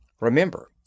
Remember